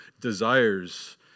desires